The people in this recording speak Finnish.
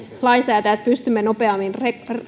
lainsäätäjät pystymme nopeammin